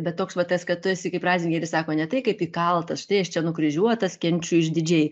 bet toks va tas kad tu esi kaip ratzingeris sako ne tai kaip įkaltas štai aš čia nukryžiuotas kenčiu išdidžiai